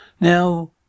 Now